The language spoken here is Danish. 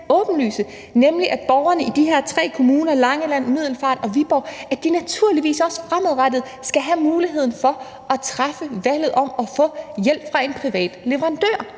nemlig at borgerne i de her tre kommuner, Langeland, Middelfart og Viborg, naturligvis også fremadrettet skal have mulighed for at træffe valget om at få hjælp fra en privat leverandør.